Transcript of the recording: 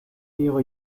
ihrer